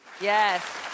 Yes